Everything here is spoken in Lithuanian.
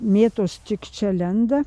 mėtos tik čia lenda